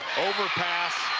overpass.